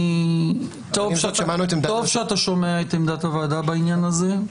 טוב שאתה שומע את עמדת הוועדה בעניין הזה.